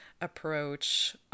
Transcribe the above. approach